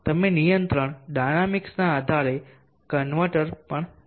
તમે નિયંત્રણ ડાયનામીક્સના આધારે કન્વર્ટર પણ જોશો